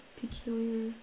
Peculiar